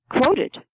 quoted